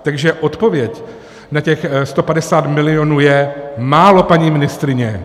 Takže odpověď na těch 150 milionů je to málo, paní ministryně.